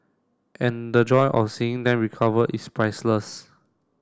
and the joy of seeing them recover is priceless